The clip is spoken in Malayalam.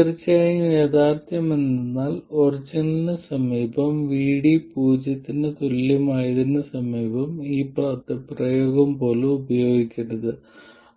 തീർച്ചയായും യാഥാർത്ഥ്യമെന്തെന്നാൽ ഒറിജിന് സമീപം VD പൂജ്യത്തിന് തുല്യമായതിന് സമീപം ഈ പദപ്രയോഗം പോലും ഉപയോഗിക്കരുത്